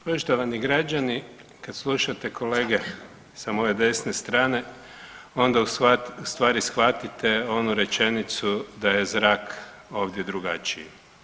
Poštovani građani, kad slušate kolege sa moje desne strane onda u stvari shvatite onu rečenicu da je zrak ovdje drugačiji.